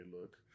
look